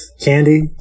candy